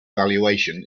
valuation